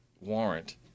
warrant